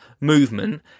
movement